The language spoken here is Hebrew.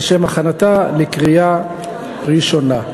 לשם הכנתה לקריאה ראשונה.